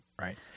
right